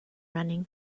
running